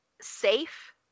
safe